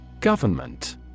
Government